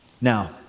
Now